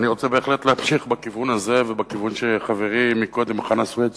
אני בהחלט רוצה להמשיך בכיוון הזה ובכיוון של חברי חנא סוייד